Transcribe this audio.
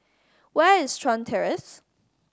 where is Chuan Terrace